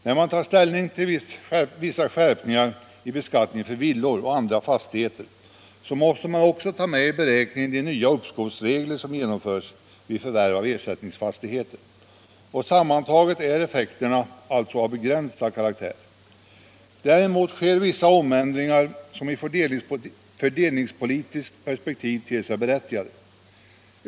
När man tar ställning till vissa skärpningar i beskattningen för villor och andra fastigheter måste man också ta med i beräkningen de nya uppskovsregler som genomförs vid förvärv av ersättningsfastigheter. Sammantaget är effekterna alltså av begränsad karaktär. Däremot sker vissa omändringar som ur fördelningspolitiskt perspektiv ter sig berättigade.